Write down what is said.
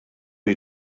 you